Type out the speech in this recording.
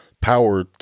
power